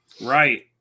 Right